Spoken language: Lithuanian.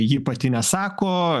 ji pati nesako